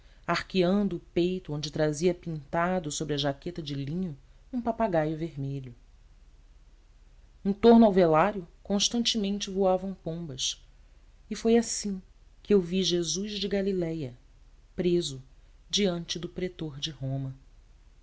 arqueando o peito onde trazia pintado sobre a jaqueta de linho um papagaio vermelho em torno ao velário constantemente voavam pombas e foi assim que eu vi jesus de galiléia preso diante do pretor de roma